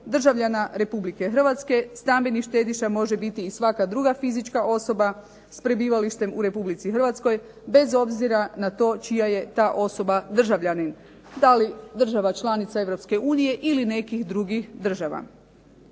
državljana RH stambeni štediša može biti i svaka druga fizička osoba s prebivalištem u RH bez obzira na to čija je ta osoba državljanin. Da li država članica EU ili nekih drugih država.